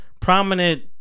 prominent